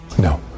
No